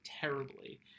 terribly